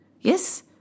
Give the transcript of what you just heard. Yes